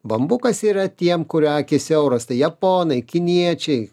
bambukas yra tiem kurių akys siauros tai japonai kiniečiai